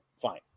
Fine